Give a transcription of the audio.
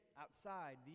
outside